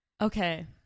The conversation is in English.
Okay